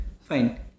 Fine